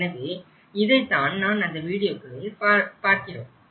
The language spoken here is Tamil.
எனவே இதைத்தான் நான் அந்த வீடியோகளில் பார்க்கிறோம்